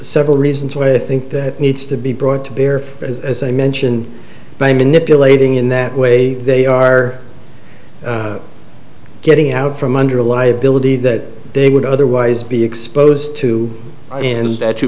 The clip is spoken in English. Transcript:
several reasons why i think that needs to be brought to bear as i mentioned by manipulating in that way they are getting out from under a liability that they would otherwise be exposed to